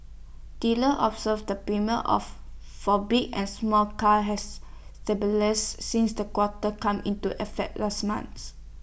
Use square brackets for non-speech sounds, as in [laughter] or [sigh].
dealers observed that premiums of for big and small cars has [unintelligible] since the quota come into effect last month